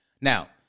Now